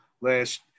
last